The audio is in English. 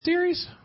series